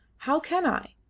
how can i?